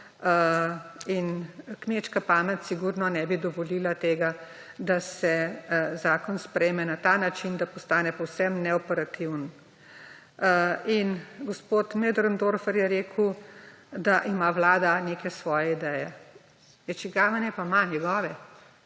Kmečka pamet sigurno ne bi dovolila tega, da se zakon sprejme na ta način, da postane povsem neoperativen. Gospod Möderndorfer je rekel, da ima vlada neke svoje ideje. Ja, čigave naj pa ima? Njegove?